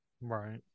Right